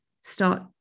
start